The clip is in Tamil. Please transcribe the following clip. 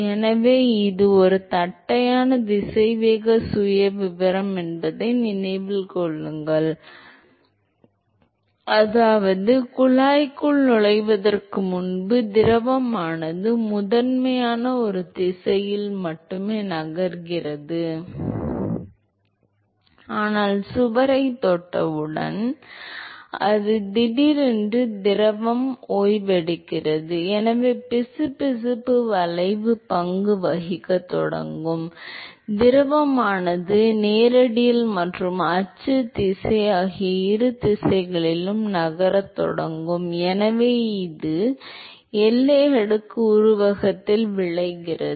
எனவே இது ஒரு தட்டையான திசைவேக சுயவிவரம் என்பதை நினைவில் கொள்ளவும் அதாவது குழாய்க்குள் நுழைவதற்கு முன்பு திரவமானது முதன்மையாக ஒரு திசையில் மட்டுமே நகர்கிறது ஆனால் சுவரைத் தொட்டவுடன் சுவரைத் தொட்டவுடன் அதன் திடீரென்று திரவம் ஓய்வெடுக்கிறது எனவே பிசுபிசுப்பு விளைவு பங்கு வகிக்கத் தொடங்கும் எனவே திரவமானது ரேடியல் மற்றும் அச்சு திசை ஆகிய இரு திசைகளிலும் நகரத் தொடங்கும் எனவே இது எல்லை அடுக்கு உருவாக்கத்தில் விளைகிறது